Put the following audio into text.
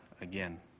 again